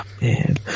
Man